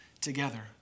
together